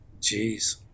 Jeez